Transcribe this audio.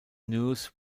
news